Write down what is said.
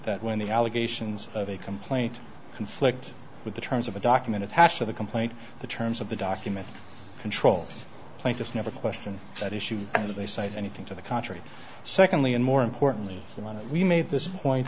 that when the allegations of a complaint conflict with the terms of a document attached to the complaint the terms of the document control plaintiffs never question that issue or they cite anything to the contrary secondly and more importantly when we made this point